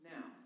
Now